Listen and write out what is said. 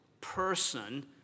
person